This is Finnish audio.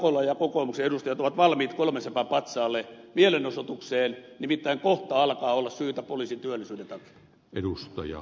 hakola ja kokoomuksen edustajat ovat valmiit kolmen sepän patsaalle mielenosoitukseen nimittäin kohta alkaa olla syytä poliisien työllisyyden takia